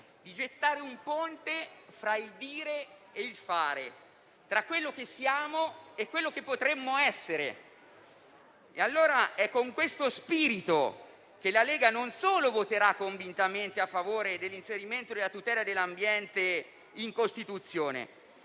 di gettare un ponte fra il dire e il fare, fra quello che siamo e quello che potremmo essere. È con questo spirito che la Lega non solo voterà convintamente a favore dell'inserimento della tutela dell'ambiente in Costituzione,